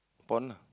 pon lah